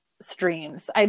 streams